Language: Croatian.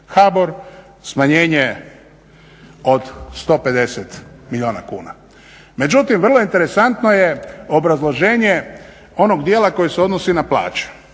HABOR smanjenje od 150 milijuna kuna. Međutim, vrlo interesantno je obrazloženje onog dijela koji se odnosi na plaće.